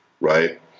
right